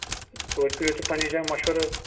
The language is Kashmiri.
توتہِ کٔرِو تُہۍ پَننہِ جاے مشوَرٕ حظ